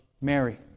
Mary